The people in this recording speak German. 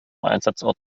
einsatzort